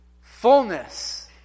fullness